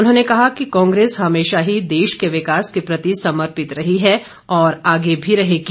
उन्होंने कहा कि कांग्रेस हमेशा ही देश के विकास के प्रति समर्पित रही है और आगे भी रहेगी